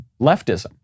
leftism